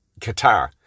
Qatar